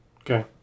Okay